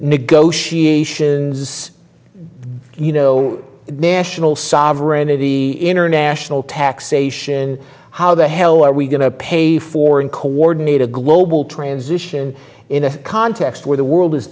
negotiation you know national sovereignity international taxation how the hell are we going to pay for and coordinate a global transition in a context where the world is